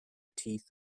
teeth